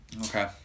Okay